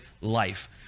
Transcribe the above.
life